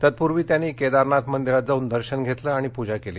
तत्पूर्वी त्यांनी केदारनाथ मंदिरात जाऊन दर्शन घेतलं आणि पूजा केली